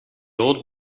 old